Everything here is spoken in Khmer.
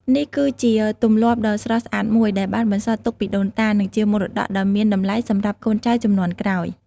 នេះគឺជាទម្លាប់ដ៏ស្រស់ស្អាតមួយ ដែលបានបន្សល់ទុកពីដូនតា និងជាមរតកដ៏មានតម្លៃសម្រាប់កូនចៅជំនាន់ក្រោយ។